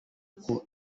uku